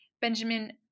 Benjamin